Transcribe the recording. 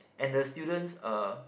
and the students uh